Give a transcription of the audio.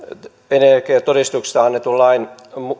energiatodistuksesta annetun lain